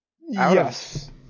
Yes